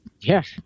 Yes